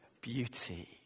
beauty